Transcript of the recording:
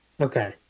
Okay